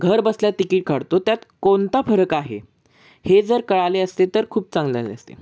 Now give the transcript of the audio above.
घर बसल्या तिकीट काढतो त्यात कोणता फरक आहे हे जर कळले असते तर खूप चांगले झाले असते